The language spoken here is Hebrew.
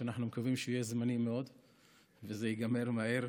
שאנחנו מקווים שהוא יהיה זמני מאוד וזה ייגמר מהר.